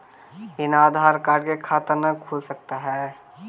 बिना आधार कार्ड के खाता न खुल सकता है?